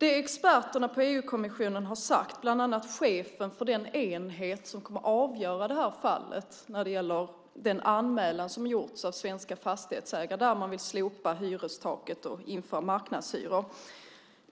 Experterna på EU-kommissionen har uttalat sig, däribland chefen för den enhet som kommer att avgöra fallet med den anmälan som gjorts av Fastighetsägarna där man vill slopa hyrestaket och införa marknadshyror.